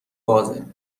بازه